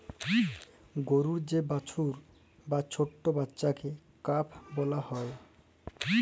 গরুর যে বাছুর বা ছট্ট বাচ্চাকে কাফ ব্যলা হ্যয়